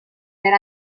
per